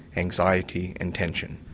anxiety and tension.